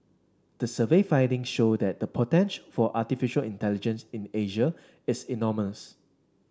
the survey findings show that the potential for artificial intelligence in Asia is enormous